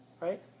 right